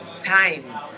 time